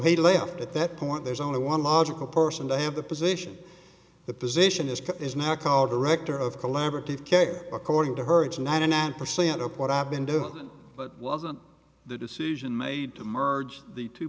he left at that point there's only one logical person to have the position the position is clear is now called director of collaborative care according to her it's ninety nine percent of what i've been doing but wasn't the decision made to merge the two